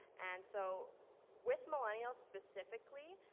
and so with millennials specifically,